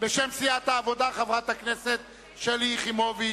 בשם סיעת העבודה, חברת הכנסת שלי יחימוביץ.